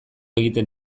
egiten